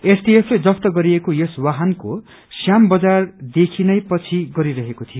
एसटीएफले जफ्त गरिएको यस वाहनको श्याम बजारदेखि नै पछि गरिरहेको थियो